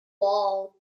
wall